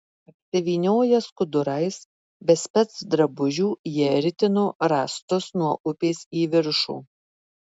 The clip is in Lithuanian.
apsivynioję skudurais be specdrabužių jie ritino rąstus nuo upės į viršų